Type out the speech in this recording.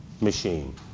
machine